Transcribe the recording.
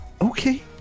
Okay